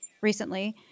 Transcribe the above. recently